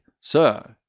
Sir